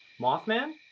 mothman?